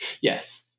Yes